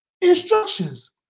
instructions